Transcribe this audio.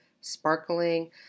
sparkling